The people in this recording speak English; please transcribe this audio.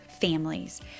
families